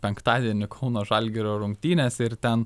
penktadienį kauno žalgirio rungtynėse ir ten